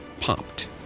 popped